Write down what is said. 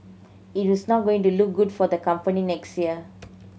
it is not going to look good for the company next year